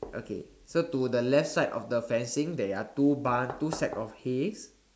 okay so to left side of the fencing there are two barn two sack of hays